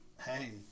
Hey